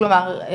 כלומר,